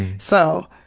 so,